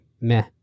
meh